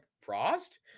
Frost